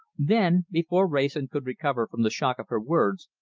then, before wrayson could recover from the shock of her words,